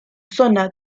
zona